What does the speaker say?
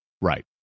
Right